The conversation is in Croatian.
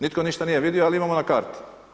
Nitko ništa nije vidio ali imamo na karti.